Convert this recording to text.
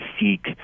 seek